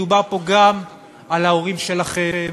מדובר פה גם על ההורים שלכם